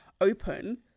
open